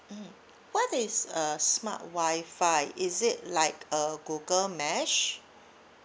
mm what is uh smart Wi-Fi is it like uh Google mesh